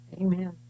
Amen